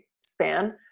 span